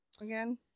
again